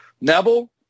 Neville